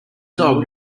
dog